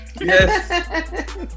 yes